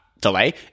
delay